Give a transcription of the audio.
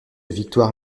victoire